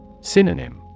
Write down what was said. Synonym